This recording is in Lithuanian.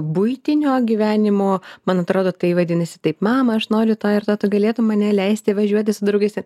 buitinio gyvenimo man atrodo tai vadinasi taip mama aš noriu tą ir tą galėtum mane leisti važiuoti su draugais ten